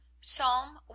Psalm